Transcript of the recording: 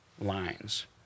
lines